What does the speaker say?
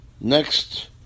next